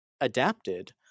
adapted